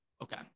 okay